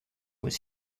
was